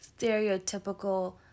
stereotypical